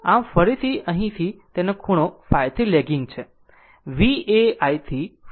આમ ફરીથી અહીં તે થી એ ખૂણો ϕ થી લેગીગ છે v એ I થી ϕ ખૂણાથી લીડ કરે છે